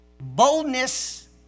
Boldness